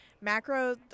Macro